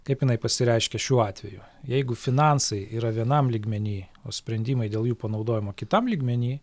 kaip jinai pasireiškia šiuo atveju jeigu finansai yra vienam lygmeny o sprendimai dėl jų panaudojimo kitam lygmeny